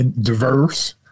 diverse